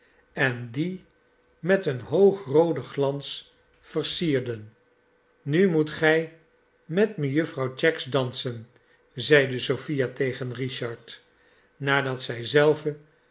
en dien met een hoogrooden glans versierden nu moet gij met mejuffer cheggs dansen zeide sophia tegen richard nadat zij zelve